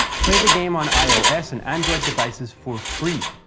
play the game on ios and android devices for free.